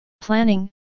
Planning